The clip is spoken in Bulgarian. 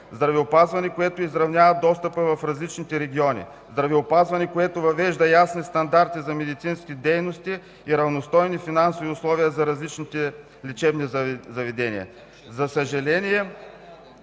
здравеопазване, което изравнява достъпа в различните региони; здравеопазване, което въвежда ясни стандарти за медицински дейности и равностойни финансови условия за различните лечебни заведения. МИНИСТЪР